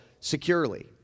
securely